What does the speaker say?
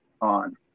on